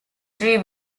three